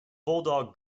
bulldog